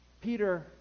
Peter